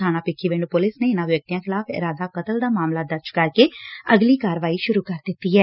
ਬਾਣਾ ਭਿੱਖੀਵਿੰਡ ਪੁਲਿਸ ਨੇ ਇਨਾਂ ਵਿਅਕਤੀਆਂ ਖਿਲਾਫ ਇਰਾਦਾ ਕਤਲ ਦਾ ਮਾਮਲਾ ਦਰਜ ਕਰਕੇ ਅਗਲੀ ਕਾਰਵਾਈ ਸੂਰੂ ਕਰ ਦਿੱਤੀ ਐ